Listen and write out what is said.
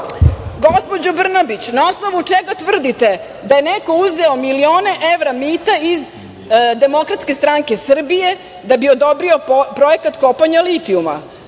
Brnabić – na osnovu čega tvrdite da je neko uzeo milione evra mita iz Demokratske stranke Srbije da bi odobrio projekat kopanja litijuma?